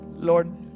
Lord